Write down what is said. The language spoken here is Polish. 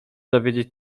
dowiedzieć